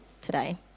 today